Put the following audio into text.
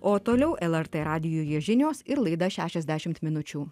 o toliau lrt radijuje žinios ir laida šešiadešimt minučių